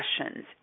questions